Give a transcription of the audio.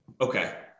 Okay